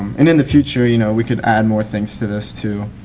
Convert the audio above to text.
and in the future you know we can add more things to this too.